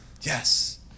Yes